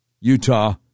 Utah